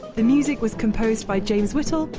the music was composed by james whittle,